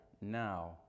now